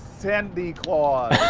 sandy claws